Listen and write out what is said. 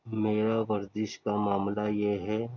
میرا ورزش کا معاملہ یہ ہے